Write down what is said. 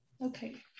Okay